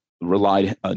relied